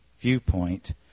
viewpoint